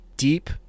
deep